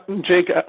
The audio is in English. Jake